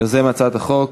יוזם הצעת החוק,